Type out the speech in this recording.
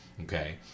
Okay